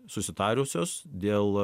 susitarusios dėl